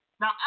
Now